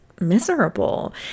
miserable